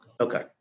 Okay